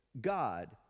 God